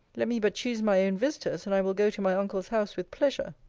let me but choose my own visiters, and i will go to my uncle's house with pleasure.